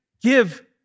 give